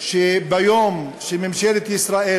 שביום שממשלת ישראל